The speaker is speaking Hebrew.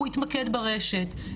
הוא יתמקד ברשת.